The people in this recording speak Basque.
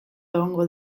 egongo